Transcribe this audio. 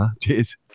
Cheers